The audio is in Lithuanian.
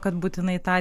kad būtinai tą